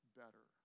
better